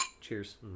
Cheers